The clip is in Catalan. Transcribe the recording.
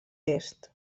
est